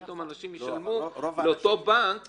פתאום אנשים ישלמו לאותו בנק יותר.